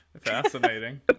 fascinating